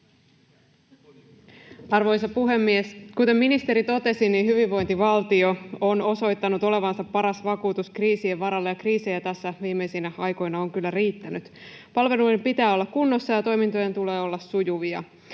Arvoisa puhemies! Kuten ministeri totesi, hyvinvointivaltio on osoittanut olevansa paras vakuutus kriisien varalle, ja kriisejä tässä viimeisinä aikoina on kyllä riittänyt. Palvelujen pitää olla kunnossa, ja toimintojen tulee olla sujuvia.